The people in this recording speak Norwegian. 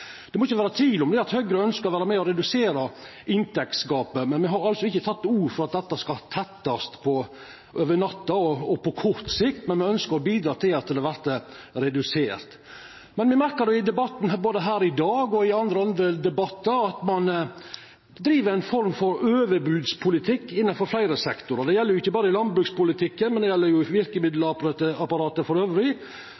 Det må ikkje vera tvil om at Høgre ønskjer å vera med å redusera inntektsgapet, men me har altså ikkje teke til orde for at det skal tettast over natta og på kort sikt. Men me ønskjer å bidra til at det vert redusert. Me merkar det både i debatten her i dag og i andre debattar, at ein driv ein form for overbodspolitikk innanfor fleire sektorar. Det gjeld ikkje berre i landbrukspolitikken, det gjeld